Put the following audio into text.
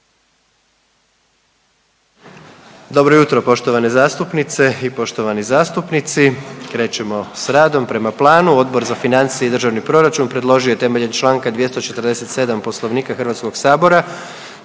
Dobro jutro poštovane zastupnice i poštovani zastupnici, krećemo sa radom prema planu. Odbor za financije i državni proračun predložio je temeljem članka 247. Poslovnika Hrvatskog sabora